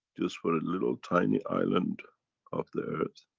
just for a little tiny island of the